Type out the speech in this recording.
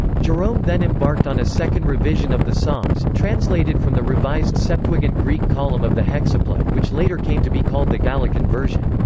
jerome then embarked on a second revision of the psalms, translated from the revised septuagint greek column of the hexapla, which later came to be called the gallican version.